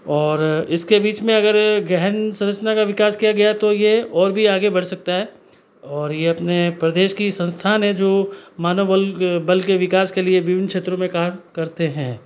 और इसके बीच में अगर गहन संरचना का विकास किया गया तो ये और भी आगे बढ़ सकता है और ये अपने प्रदेश की संस्थान है जो मानव के बल के विकास के लिए विभिन क्षेत्रों में काम करते हैं